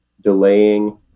delaying